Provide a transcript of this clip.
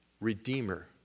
Redeemer